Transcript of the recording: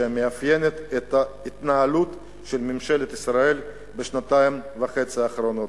שמאפיינת את ההתנהלות של ממשלת ישראל בשנתיים וחצי האחרונות.